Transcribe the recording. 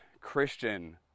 christian